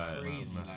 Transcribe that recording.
crazy